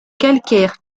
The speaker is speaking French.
calcaire